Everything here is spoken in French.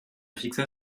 fixa